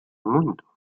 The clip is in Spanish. mundo